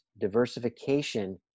diversification